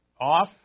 off